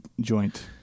joint